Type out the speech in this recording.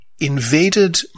Invaded